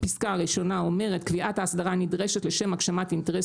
הפסקה הראשונה אומרת "קביעת האסדרה הנדרשת לשם הגשמת אינטרס